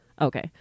okay